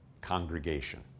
congregation